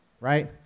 right